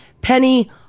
Penny